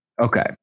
okay